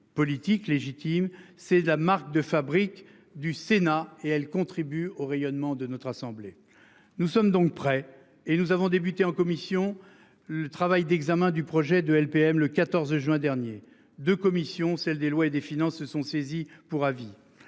politiques légitimes. C'est la marque de fabrique du Sénat et elle contribue au rayonnement de notre assemblée. Nous sommes donc prêts et nous avons débuté en commission le travail d'examen du projet de LPM le 14 juin dernier de commission, celle des lois et des finances se sont saisis pour avis.